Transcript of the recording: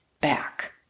back